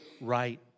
right